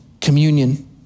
communion